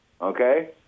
Okay